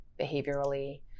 behaviorally